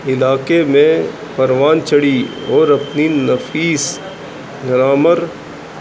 علاقے میں پروان چڑھی اور اپنی نفیس گرامر